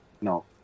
No